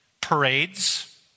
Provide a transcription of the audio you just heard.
Parades